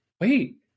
wait